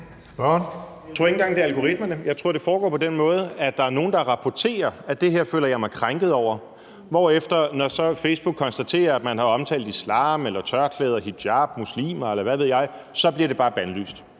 Jeg tror ikke engang, det er algoritmerne. Jeg tror, det foregår på den måde, at der er nogle, der rapporterer, at det her føler de sig krænket over, hvorefter det, når Facebook så konstaterer, at man har omtalt islam eller tørklæder, hijab, muslimer, eller hvad ved jeg, så bare bliver bandlyst.